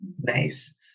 Nice